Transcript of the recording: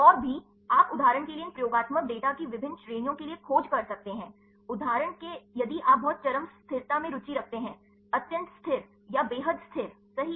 और भी आप उदाहरण के लिए इन प्रयोगात्मक डेटा की विभिन्न श्रेणियों के लिए खोज कर सकते हैं उदाहरण के यदि आप बहुत चरम स्थिरता में रुचि रखते हैं अत्यंत स्थिर या बेहद अस्थिर सही